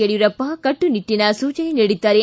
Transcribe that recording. ಯಡಿಯೂರಪ್ಪ ಕಟ್ಟುನಿಟ್ಟಿನ ಸೂಚನೆ ನೀಡಿದ್ದಾರೆ